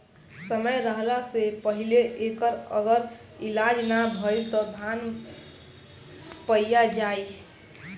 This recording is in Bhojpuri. समय रहला से पहिले एकर अगर इलाज ना भईल त धान पइया जाई